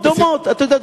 אתה יודע,